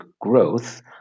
growth